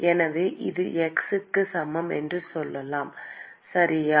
எனவே இது x க்கு சமம் என்று சொல்லலாம் சரியா